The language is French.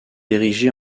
érigée